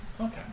okay